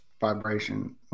vibration